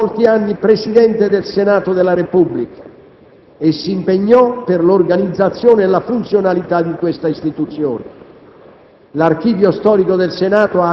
Amintore Fanfani fu per molti anni presidente del Senato della Repubblica e si impegnò per l'organizzazione e la funzionalità di questa istituzione.